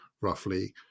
roughly